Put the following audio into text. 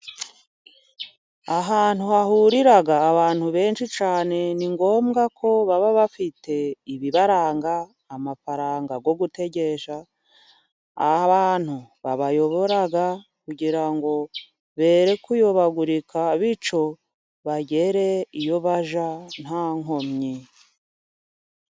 Ahantu hahurira abantu benshi cyane ni ngombwa ko baba bafite ibibaranga, amafaranga yo gutegesha, abantu babayobora kugira ngo bareke kuyobagurika, bityo bagere iyo bajya nta nkomyi.